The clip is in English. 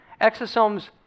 exosomes